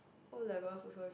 O-levels also is